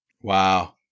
Wow